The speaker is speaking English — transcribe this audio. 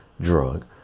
drug